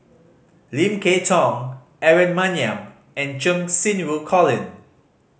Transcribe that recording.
Lim Kay Tong Aaron Maniam and Cheng Xinru Colin